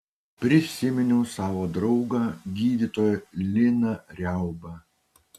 prisiminiau savo draugą gydytoją liną riaubą